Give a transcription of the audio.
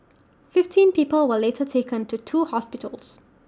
fifteen people were later taken to two hospitals